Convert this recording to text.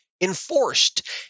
enforced